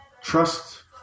trust